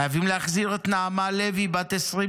חייבים להחזיר את נעמה לוי, בת 20 מרעננה,